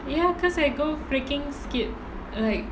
ya because I got freaking scared like